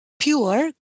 pure